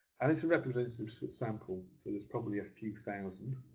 and it's a representative so sample, so there's probably a few thousand,